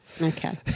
Okay